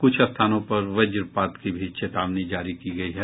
कुछ स्थानों पर वज्रपात की भी चेतावनी जारी की गयी है